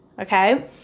okay